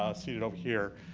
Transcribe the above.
ah seated over here,